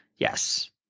Yes